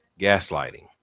gaslighting